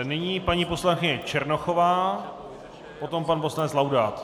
Nyní paní poslankyně Černochová, potom pan poslanec Laudát.